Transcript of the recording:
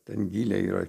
ten gyliai yra